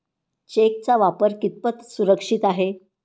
चेकचा वापर कितपत सुरक्षित आहे?